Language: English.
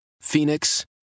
Phoenix